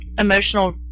emotional